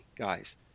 guys